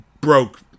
broke